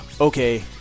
Okay